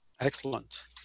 excellent